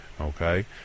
Okay